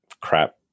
crap